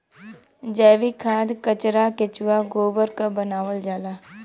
जैविक खाद कचरा केचुआ गोबर क बनावल जाला